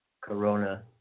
corona